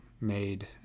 made